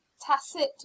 tacit